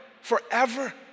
forever